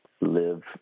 live